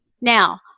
Now